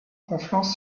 conflans